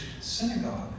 synagogue